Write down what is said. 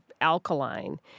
alkaline